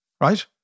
right